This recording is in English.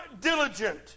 diligent